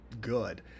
good